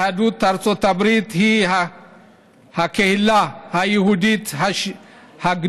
יהדות ארצות הברית היא הקהילה היהודית הגדולה